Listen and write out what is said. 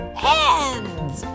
hands